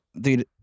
Dude